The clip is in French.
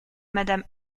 madame